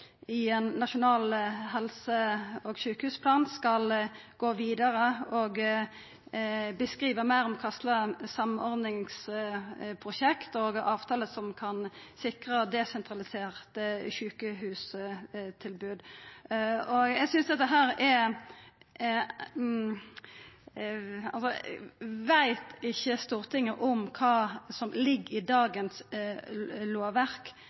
at ein i ein nasjonal helse- og sjukehusplan skal gå vidare og beskrive meir om kva slags samordningsprosjekt og kva slags avtale som kan sikra eit desentralisert sjukehustilbod. Veit ikkje Stortinget om kva som ligg i dagens lovverk?